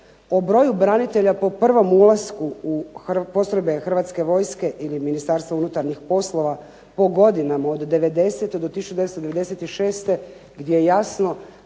o broju branitelja po prvom ulasku u postrojbe hrvatske vojske ili Ministarstva unutarnjih poslova po godinama od '90. do 1996. gdje je jasno